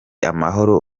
amahoro